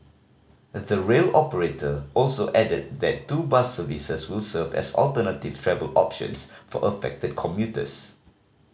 the rail operator also added that two bus services will serve as alternative travel options for affected commuters